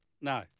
no